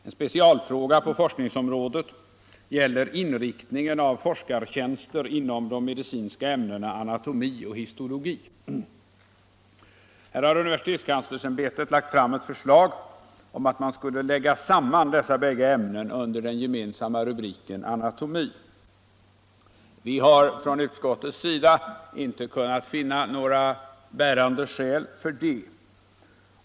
En specialfråga på forskningsområdet gäller inriktningen av forskartjänster inom de medicinska ämnena anatomi och histologi. Här har universitetskanslersämbetet lagt fram ett förslag om att man skulle lägga samman dessa bägge ämnen under den gemensamma rubriken Anatomi. Vi har i utskottet inte kunnat finna några bärande skäl för det.